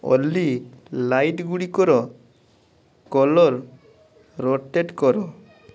ଅଲି light ଗୁଡ଼ିକର colour rotate କର